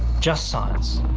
just science,